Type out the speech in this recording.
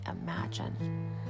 imagine